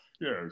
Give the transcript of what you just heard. Yes